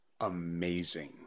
amazing